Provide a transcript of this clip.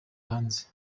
hanze